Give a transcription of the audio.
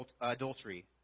Adultery